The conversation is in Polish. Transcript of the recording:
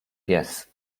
pies